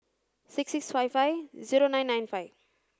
six six five five zero nine nine five